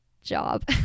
Job